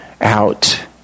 out